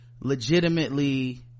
legitimately